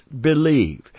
believe